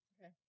Okay